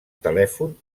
telèfon